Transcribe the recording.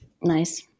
Nice